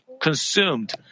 consumed